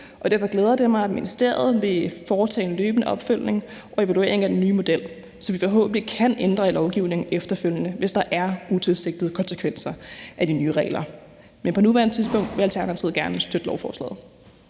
derfor glæder det mig, at ministeriet vil foretage en løbende opfølgning og evaluering af den nye model, så vi forhåbentlig kan ændre i lovgivningen efterfølgende, hvis der er utilsigtede konsekvenser af de nye regler. Men på nuværende tidspunkt vil Alternativet gerne støtte lovforslaget.